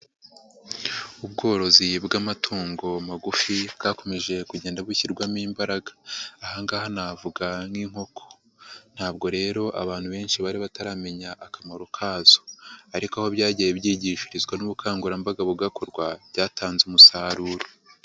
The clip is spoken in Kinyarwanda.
Ubworozi bw'amatungo magufi bwakomeje kugenda bushyirwamo imbaraga. Aha ngaha navuga nk'inkoko. Ntabwo rero abantu benshi bari bataramenya akamaro kazo ariko aho byagiye byigishirizwa n'ubukangurambaga bugakorwa byatanze umusaruro.